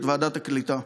את ועדת הקליטה.